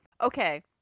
okay